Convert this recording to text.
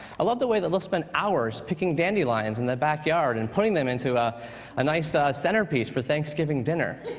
i love the way that they'll spend hours picking dandelions in the backyard and putting them into a ah nice ah centerpiece for thanksgiving dinner.